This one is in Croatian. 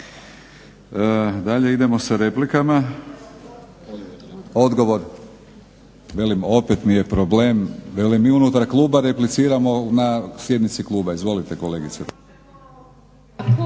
Dalje idemo sa replikama. Odgovor. Velim opet mi je problem, velim i unutar kluba repliciramo na sjednici kluba. Izvolite kolegice